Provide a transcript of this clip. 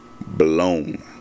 blown